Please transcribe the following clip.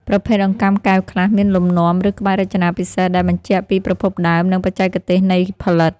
ប្រភេទអង្កាំកែវខ្លះ មានលំនាំ ឬក្បាច់រចនាពិសេស ដែលបញ្ជាក់ពីប្រភពដើម និងបច្ចេកទេសនៃផលិត។